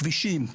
כבישים,